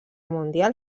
mundial